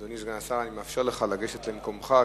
רבותי, הצבעה.